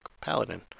Paladin